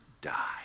die